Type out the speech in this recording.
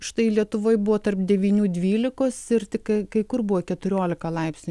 štai lietuvoj buvo tarp devynių dvylikos ir tik kai kai kur buvo keturiolika laipsnių